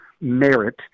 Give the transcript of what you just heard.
merit